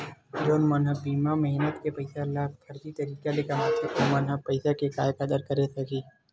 जउन मन ह बिना मेहनत के पइसा ल फरजी तरीका ले कमाथे ओमन ह पइसा के काय कदर करे सकही